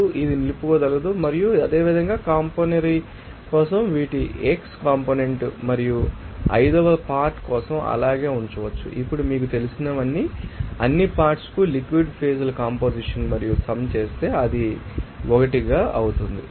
2 ఇది నిలుపుకోగలదు మరియు అదేవిధంగా కాంపోనరీ కోసం వీటిని x కాంపోనెంట్ మరియు 5 వ పార్ట్ కోసం అలాగే ఉంచవచ్చు ఇప్పుడు మీకు తెలిసినవన్నీ అన్ని పార్ట్శ్ కు లిక్విడ్ ఫేజ్ కంపొజిషన్ మీరు సమ్ చేస్తే అది అవుతుంది 1 గా వస్తోంది